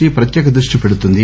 C ప్రత్యేక దృష్టి పెడుతుంది